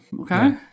Okay